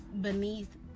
beneath